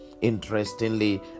Interestingly